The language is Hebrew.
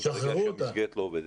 חיים ענה שזה לא כך,